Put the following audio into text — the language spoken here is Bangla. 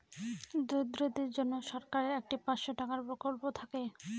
দরিদ্রদের জন্য সরকারের একটি পাঁচশো টাকার প্রকল্প থাকে